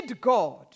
God